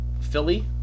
Philly